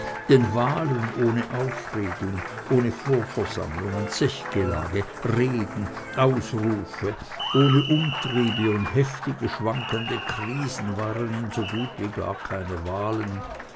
denn wahlen ohne aufregung ohne vorversammlungen zechgelage reden aufrufe ohne umtriebe und heftige schwankende krisen waren ihnen so gut wie gar keine wahlen